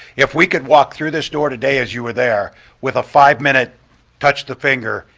if we could walk through this door today as you were there with a five minute touch the finger,